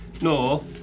no